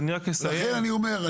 לכן אני אומר,